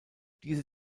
diese